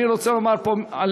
אני רוצה לומר פה על